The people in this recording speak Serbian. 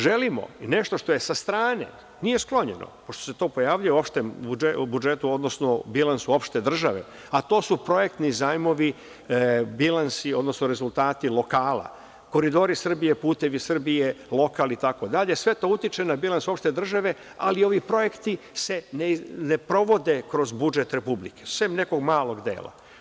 Želimo i nešto što je sa strane, nije sklonjeno, pošto se to pojavljuje u budžetu, odnosno u bilansu opšte države, a to su projektni zajmovi, bilansi, odnosno rezultati lokala, Koridori Srbije, Putevi Srbije, lokal itd, sve to utiče na bilans opšte države, ali ovi projekti se ne provode kroz budžet Republike, sem nekog malog dela.